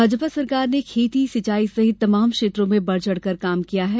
भाजपा सरकार ने खेती सिंचाई सहित तमाम क्षेत्रों में बढ़ चढ़कर काम किया है